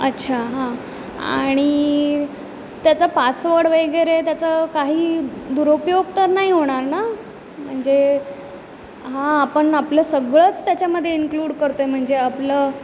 अच्छा हां आणि त्याचा पासवर्ड वगैरे त्याचा काही दुरोपयोग तर नाही होणार ना म्हणजे हां आपण आपलं सगळंच त्याच्यामध्ये इन्क्लूड करतो आहे म्हणजे आपलं